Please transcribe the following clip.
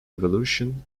evolution